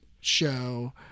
show